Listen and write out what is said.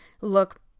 look